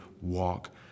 walk